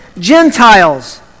Gentiles